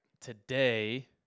Today